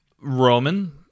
Roman